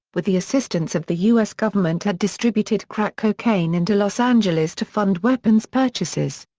with the assistance of the u s. government had distributed crack cocaine into los angeles to fund weapons purchases.